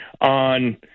on